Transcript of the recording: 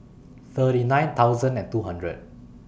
thirty nine thousand and two hundred